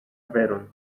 veron